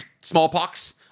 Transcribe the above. smallpox